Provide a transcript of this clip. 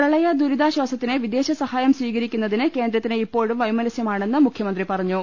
പ്രളയ ദുരിതാശ്ചാസത്തിന് വിദേശസഹായം സ്വീകരിക്കുന്നതിന് കേന്ദ്രത്തിന് ഇപ്പോ ഴും വൈമനസ്യമാണെന്ന് മുഖ്യമന്ത്രി പറഞ്ഞു